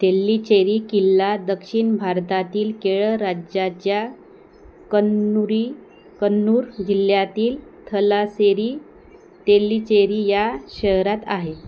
तेल्लीचेरी किल्ला दक्षिण भारतातील केरळ राज्याच्या कन्नूर कन्नूर जिल्ह्यातील थलासेरी तेल्लीचेरी या शहरात आहे